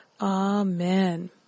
Amen